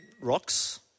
rocks